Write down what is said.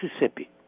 Mississippi